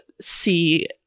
see